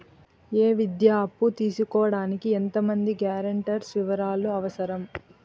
ఈ విద్యా అప్పు తీసుకోడానికి ఎంత మంది గ్యారంటర్స్ వివరాలు అవసరం?